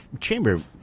chamber